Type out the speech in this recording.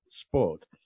Sport